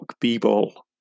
b-ball